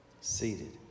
Seated